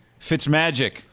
Fitzmagic